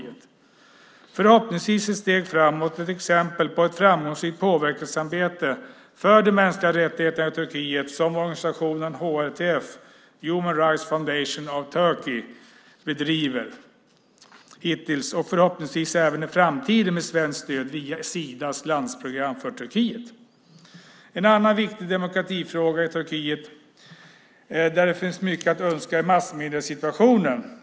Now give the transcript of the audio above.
Det är förhoppningsvis ett steg framåt och ett exempel på ett framgångsrikt påverkansarbete för de mänskliga rättigheterna i Turkiet som organisationen HRFT, Human Rights Foundation of Turkey, bedriver, hittills och förhoppningsvis även i framtiden med svenskt stöd via Sidas landprogram för Turkiet. En annan viktig demokratifråga i Turkiet, där det finns mycket att önska, är massmediesituationen.